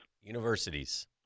Universities